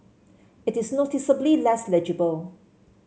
it is noticeably less legible